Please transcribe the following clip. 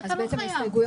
אתה לא חייב.